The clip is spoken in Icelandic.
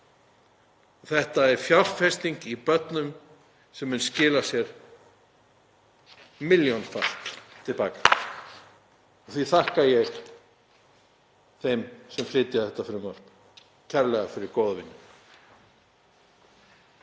Þetta er fjárfesting í börnum sem mun skila sér milljónfalt til baka. Því þakka ég þeim sem flytja þetta frumvarp kærlega fyrir góða vinnu.